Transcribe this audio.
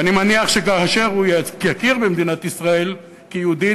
ואני מניח שכאשר הוא יכיר במדינת ישראל כיהודית,